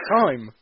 time